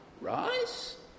Rise